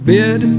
Bid